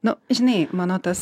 nu žinai mano tas